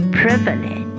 privilege